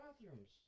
bathrooms